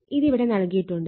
ഇതിവിടെ നൽകിയിട്ടുണ്ട്